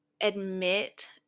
admit